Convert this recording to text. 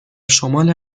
شمال